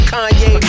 Kanye